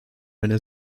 eine